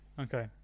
Okay